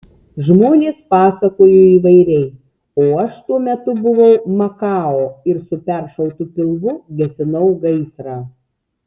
žmonės pasakojo įvairiai o aš tuo metu buvau makao ir su peršautu pilvu gesinau gaisrą